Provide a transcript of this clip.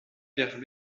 vers